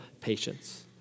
patience